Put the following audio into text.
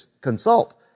consult